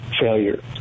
failure